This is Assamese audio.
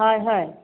হয় হয়